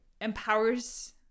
empowers